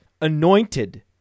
anointed